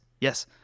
yes